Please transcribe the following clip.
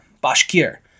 Bashkir